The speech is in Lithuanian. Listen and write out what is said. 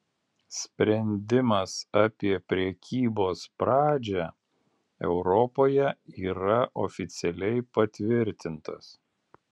sprendimas apie prekybos pradžią europoje yra oficialiai patvirtintas